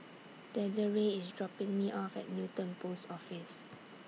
Desirae IS dropping Me off At Newton Post Office